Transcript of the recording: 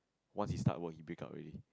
once he start work he breakup already